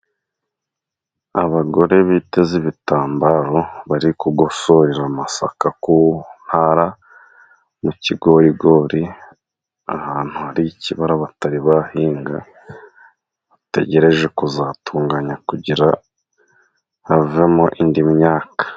Abagore biteze ibitambaro bari kugosorera amasaka ku ntara mu kigorigori, ahantu hari ikibara batari bahinga, bategereje kuzatunganya kugira havemo indi myaka.